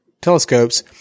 telescopes